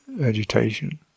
agitation